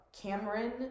Cameron